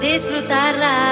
Disfrutarla